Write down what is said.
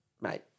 mate